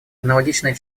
аналогичное